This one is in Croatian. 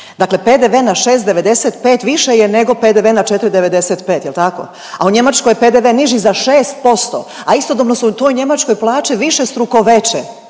Dakle PDV na 6,95 više je nego PDV na 4,95, jel tako, a u Njemačkoj je PDV niži za 6%, a istodobno su u toj Njemačkoj plaće višestruko veće,